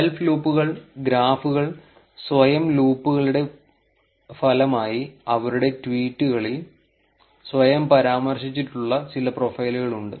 self ലൂപ്പുകൾ ഗ്രാഫുകളിൽ സ്വയം ലൂപ്പുകളുടെ ഫലമായി അവരുടെ ട്വീറ്റുകളിൽ സ്വയം പരാമർശിച്ചിട്ടുള്ള ചില പ്രൊഫൈലുകൾ ഉണ്ട്